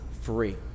free